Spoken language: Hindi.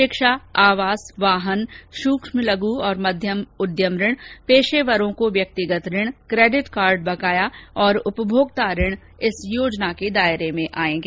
शिक्षा आवास वाहन सूक्ष्म लघु और मध्यम उद्यम ऋण पेशेवरों को व्यक्तिगत ऋण केडिट कार्ड बकाया तथा उपभोक्ता ऋण इस योजना के दायरे में आएंगे